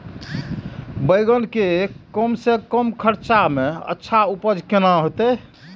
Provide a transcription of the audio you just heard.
बेंगन के कम से कम खर्चा में अच्छा उपज केना होते?